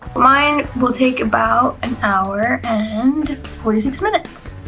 but mine will take about an hour and forty six minutes